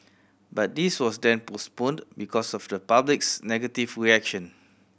but this was then postponed because of the public's negative reaction